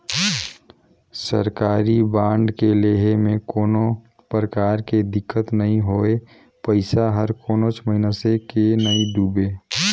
सरकारी बांड के लेहे में कोनो परकार के दिक्कत नई होए पइसा हर कोनो मइनसे के नइ डुबे